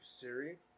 Siri